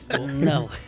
No